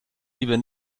lieber